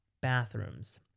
bathrooms